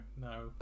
no